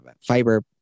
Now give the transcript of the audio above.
fiber